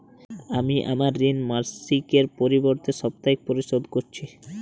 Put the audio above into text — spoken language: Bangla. আমি আমার ঋণ মাসিকের পরিবর্তে সাপ্তাহিক পরিশোধ করছি